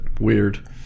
weird